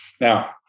now